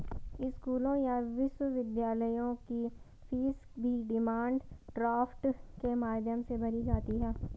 स्कूलों या विश्वविद्यालयों की फीस भी डिमांड ड्राफ्ट के माध्यम से भरी जाती है